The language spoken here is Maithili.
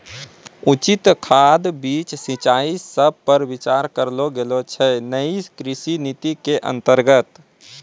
उचित खाद, बीज, सिंचाई सब पर विचार करलो गेलो छै नयी कृषि नीति के अन्तर्गत